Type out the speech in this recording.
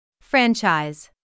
franchise